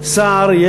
סער,